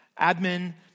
admin